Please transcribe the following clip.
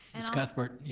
miss cuthbert, yeah